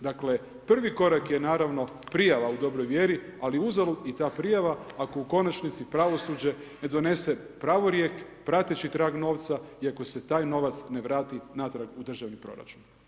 Dakle, prvi korak je naravno, prijava u dobroj vjeri, ali uzalud i ta prijava, ako u konačnici pravosuđe ne donese pravorijek prateći trag novac, i ako se taj novac ne vrati natrag u državni proračun.